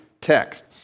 text